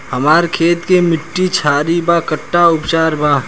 हमर खेत के मिट्टी क्षारीय बा कट्ठा उपचार बा?